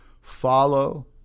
Follow